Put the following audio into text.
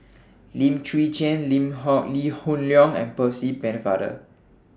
Lim Chwee Chian Lee Hoon Leong and Percy Pennefather